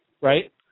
right